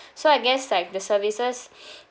so I guess like the services